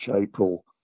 April